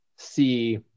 See